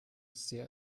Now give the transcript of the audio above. sehr